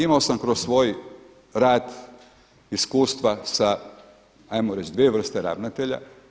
Imao sam kroz svoj rad iskustva sa hajmo reći dvije vrste ravnatelja.